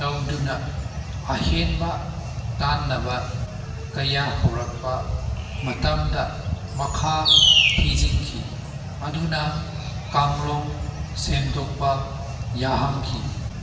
ꯇꯧꯗꯨꯅ ꯑꯍꯦꯟꯕ ꯇꯥꯟꯅꯕ ꯀꯌꯥ ꯍꯧꯔꯛꯄ ꯃꯇꯝꯗ ꯃꯈꯥ ꯊꯤꯖꯤꯟꯈꯤ ꯑꯗꯨꯅ ꯀꯥꯡꯂꯣꯟ ꯁꯦꯡꯗꯣꯛꯄ ꯌꯥꯍꯟꯈꯤ